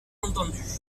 entendue